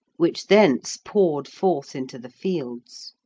which thence poured forth into the fields.